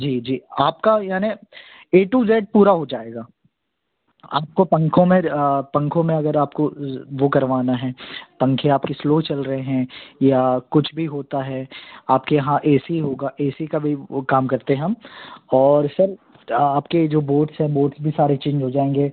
जी जी आपका यानि ए टू ज़ेड पूरा हो जाएगा आपको पंखों में पंखों में अगर आपको वो करवाना है पंखे आपके स्लो चल रहे हैं या कुछ भी होता है आपके यहाँ ए सी होगा ए सी का भी वो काम करते हम और सर आपके जो बोर्ड्स हैं बोर्ड्स भी सारे चेंज हो जाएंगे